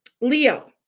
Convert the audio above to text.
Leo